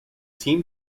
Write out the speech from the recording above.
team